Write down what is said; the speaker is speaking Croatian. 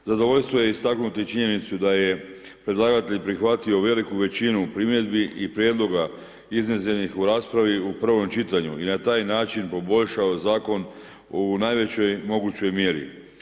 Zadovoljstvo je istaknuti činjenicu da je predlagatelj prihvatio veliku većinu primjedbi i prijedloga iznesenih u raspravi u prvom čitanju i na taj način poboljšao zakonu u najvećoj mogućoj mjeri.